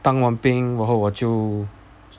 当完兵过后我就